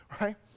right